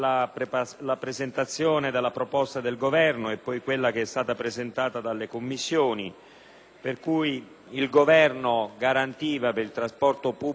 per cui il Governo garantiva per il trasporto pubblico locale soltanto un funzionamento adeguato